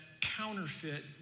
counterfeit